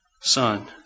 Son